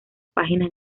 páginas